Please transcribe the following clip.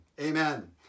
Amen